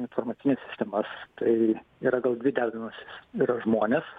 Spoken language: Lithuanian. informacines sistemas tai yra gal dvi dedamosios yra žmonės